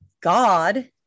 God